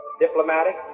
diplomatic